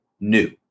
new